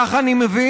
כך אני מבין,